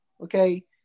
Okay